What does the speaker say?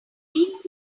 means